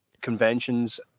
conventions